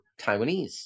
Taiwanese